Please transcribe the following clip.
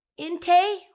Inte